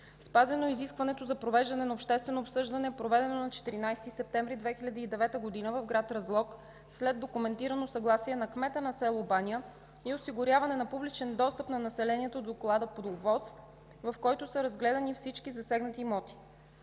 Спазено е изискването за провеждане на обществено обсъждане, проведено на 14 септември 2009 г. в град Разлог, след документирано съгласие на кмета на село Баня и осигуряване на публичен достъп на населението до доклада по ОВОС, в който са разгледани всички засегнати имоти.